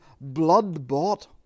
blood-bought